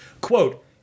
Quote